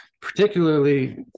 particularly